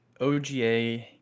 OGA